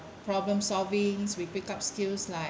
problem solvings we pick up skills like